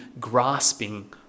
grasping